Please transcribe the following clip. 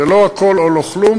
זה לא הכול או לא כלום.